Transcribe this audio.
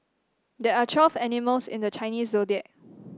there are twelve animals in the Chinese Zodiac